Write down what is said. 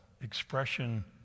expression